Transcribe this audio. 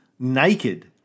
Naked